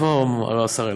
איפה השר אלקין?